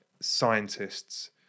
scientists